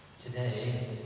Today